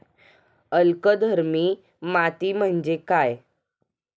अल्कधर्मी माती म्हणजे काय?